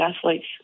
athletes